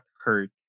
hurt